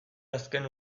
azken